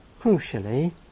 crucially